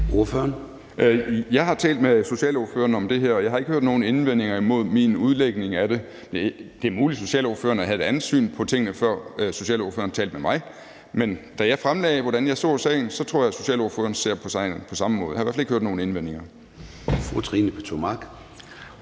Jeg har talt med socialordføreren om det her, og jeg har ikke hørt nogen indvendinger imod min udlægning af det. Det er muligt, at socialordføreren havde et andet syn på tingene, før socialordføreren talte med mig, men da jeg fremlagde, hvordan jeg så sagen, tror jeg at socialordføreren så på sagen på samme måde. Jeg har i hvert fald ikke hørt nogen indvendinger. Kl. 12:35 Formanden